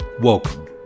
Welcome